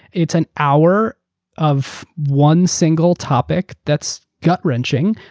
it's an hour of one single topic that's gut-wrenching.